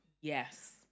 yes